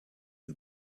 you